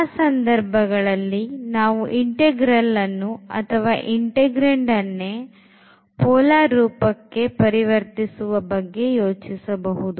ಆ ಸಂದರ್ಭಗಳಲ್ಲಿ ನಾವು integral ಅನ್ನು ಅಥವಾ integrand ಅನ್ನೇ polar ರೂಪಕ್ಕೆ ಪರಿವರ್ತಿಸುವ ಬಗ್ಗೆ ಯೋಚಿಸಬಹುದು